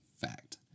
Fact